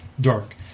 dark